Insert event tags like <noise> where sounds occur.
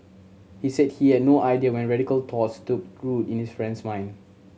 he said he had no idea when radical thoughts took <unintelligible> in his friend's mind